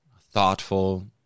thoughtful